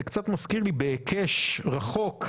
זה קצת מזכיר לי בהיקש רחוב,